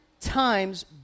times